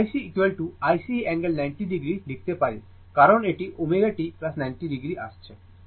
তো IC ICঅ্যাঙ্গেল 90o লিখতে পারি কারণ এটি ω t 90 o আসছে